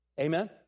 Amen